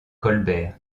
colbert